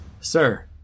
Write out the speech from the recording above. Sir